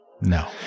No